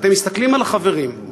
ואתם מסתכלים על החברים,